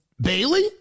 Bailey